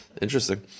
Interesting